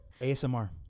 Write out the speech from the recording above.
ASMR